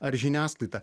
ar žiniasklaida